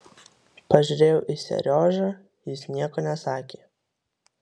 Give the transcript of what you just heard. pažiūrėjau į seriožą jis nieko nesakė